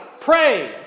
Pray